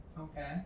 Okay